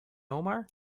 omar